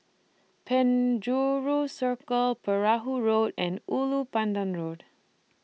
Penjuru Circle Perahu Road and Ulu Pandan Road